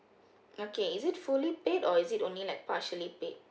okay is it fully paid or is it only like partially paid